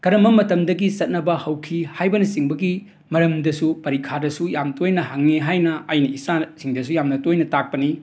ꯀꯔꯝꯕ ꯃꯇꯝꯗꯒꯤ ꯆꯠꯅꯕ ꯍꯧꯈꯤ ꯍꯥꯏꯕꯅꯆꯤꯡꯕꯒꯤ ꯃꯔꯝꯗꯁꯨ ꯄꯔꯤꯈꯥꯗꯁꯨ ꯌꯥꯝꯅ ꯇꯣꯏꯅ ꯍꯪꯏ ꯍꯥꯏꯅ ꯑꯩꯅ ꯏꯆꯥꯁꯤꯡꯗꯁꯨ ꯌꯥꯝꯅ ꯇꯣꯏꯅ ꯇꯥꯛꯄꯅꯤ